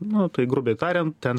nu tai grubiai tariant ten